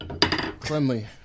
cleanly